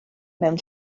mewn